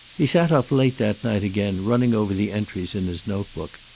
he sat up late that night again, running over the entries in his notebook.